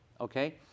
Okay